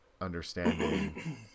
understanding